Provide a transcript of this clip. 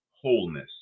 wholeness